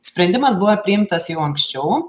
sprendimas buvo priimtas jau anksčiau